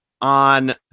on